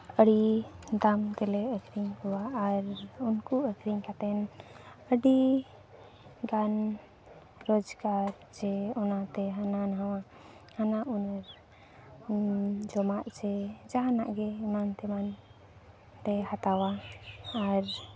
ᱟᱹᱰᱤ ᱫᱟᱢ ᱛᱮᱞᱮ ᱟᱹᱠᱷᱨᱤᱧ ᱠᱚᱣᱟ ᱟᱨ ᱩᱱᱠᱩ ᱟᱹᱠᱷᱨᱤᱧ ᱠᱟᱛᱮᱫ ᱟᱹᱰᱤ ᱜᱟᱱ ᱨᱚᱡᱽᱜᱟᱨ ᱥᱮ ᱚᱱᱟ ᱛᱮ ᱦᱟᱱᱟ ᱱᱟᱣᱟ ᱦᱟᱱ ᱩᱱᱟᱹᱨ ᱡᱚᱢᱟᱜ ᱥᱮ ᱡᱟᱦᱟᱱᱟᱜ ᱜᱮ ᱮᱢᱟᱱ ᱛᱮᱢᱟᱱ ᱛᱮ ᱦᱟᱛᱟᱣᱟ ᱟᱨ